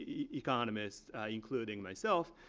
yeah economists, including myself,